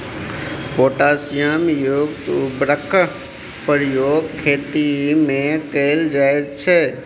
potassium युक्त उर्वरकक प्रयोग खेतीमे कैल जाइत छै